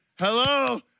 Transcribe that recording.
hello